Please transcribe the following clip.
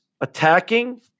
attacking